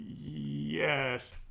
yes